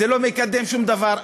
זה לא מקדם שום דבר.